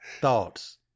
Thoughts